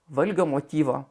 valgio motyvo